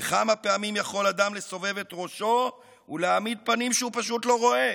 וכמה פעמים יכול אדם לסובב את ראשו ולהעמיד פנים שהוא פשוט לא רואה?